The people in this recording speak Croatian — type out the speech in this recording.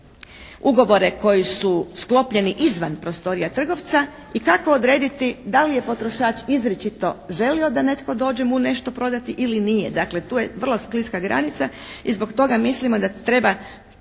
ugovore koji su sklopljeni izvan prostorija trgovca i kako odrediti da li je potrošač izričito želio da netko dođe mu nešto prodati ili nije. Dakle, tu je vrlo skliska granica i zbog toga mislimo da treba